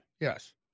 Yes